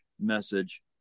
message